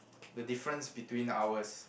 the difference between ours